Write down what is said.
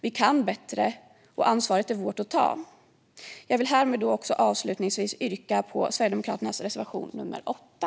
Vi kan bättre, och ansvaret är vårt att ta. Jag vill avslutningsvis yrka bifall till Sverigedemokraternas reservation nr 8.